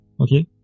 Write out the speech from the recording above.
okay